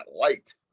light